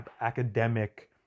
academic